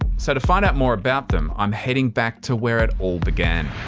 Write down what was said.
so to find out more about them i'm heading back to where it all began.